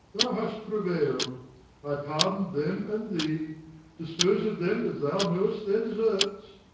hast prevail'd i pardon them, and thee dispose of them as thou know'st their deserts.